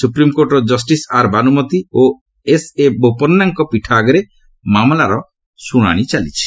ସୁପ୍ରିମକୋର୍ଟର justice R Banumathi ଓ A S ବୋପନ୍ଧାଙ୍କ ପୀଠ ଆଗରେ ମାମଲାର ଶୁଣାଣି ଚାଲିଛି